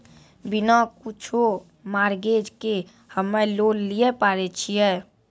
बिना कुछो मॉर्गेज के हम्मय लोन लिये पारे छियै?